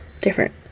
different